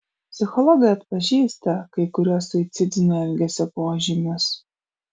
psichologai atpažįsta kai kuriuos suicidinio elgesio požymius